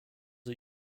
are